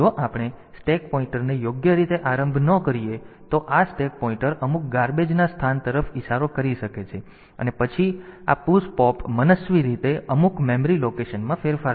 તેથી જો આપણે સ્ટેક પોઈન્ટરને યોગ્ય રીતે આરંભ ન કરીએ તો આ સ્ટેક પોઈન્ટર અમુક ગાર્બેજ ના સ્થાન તરફ ઈશારો કરી શકે છે અને પછી આ પુશ પોપ મનસ્વી રીતે અમુક મેમરી લોકેશનમાં ફેરફાર કરશે